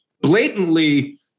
blatantly